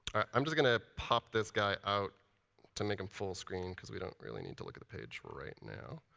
i'm just going to pop this guy out to make him full screen, because we don't really need to look at the page right now.